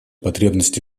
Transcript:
потребности